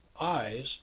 eyes